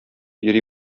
йөри